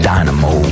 Dynamo